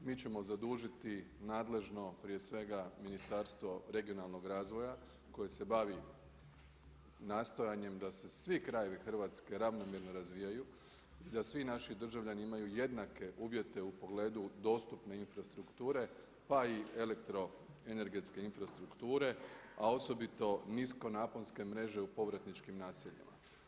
Mi ćemo zadužiti nadležno prije svega Ministarstvo regionalnog razvoja koje se bavi nastojanjem da se svi krajevi Hrvatske ravnomjerno razvijaju i da svi naši državljani imaju jednake uvjete u pogledu dostupne infrastrukture pa i elektroenergetske infrastrukture a osobito nisko naponske mreže u povratničkim naseljima.